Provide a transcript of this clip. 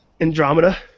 Andromeda